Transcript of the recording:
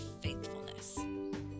faithfulness